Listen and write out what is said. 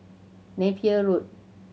Napier Road